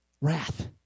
Wrath